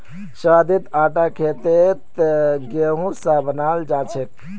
शोधित आटा खेतत गेहूं स बनाल जाछेक